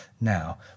now